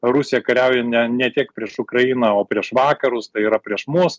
rusija kariauja ne ne tiek prieš ukrainą o prieš vakarus tai yra prieš mus